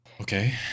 Okay